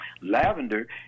Lavender